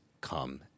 come